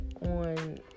on